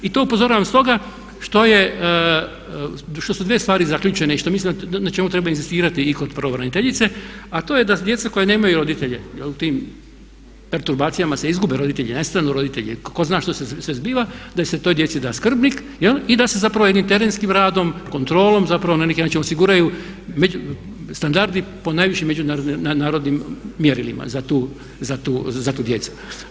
I to upozoravam stoga što su dvije stvari zaključene i što mislim na čemu treba inzistirati i kod pravobraniteljice a to je da djeca koja nemaju roditelje e u tim perturbacijama se izgube roditelji, nestanu roditelji, tko zna što se sve zbiva da se toj djeci da skrbnik, jel i da se zapravo jednim terenskim radom kontrolom zapravo na neki način osiguraju standardi po najvišim međunarodnim mjerilima za tu djecu.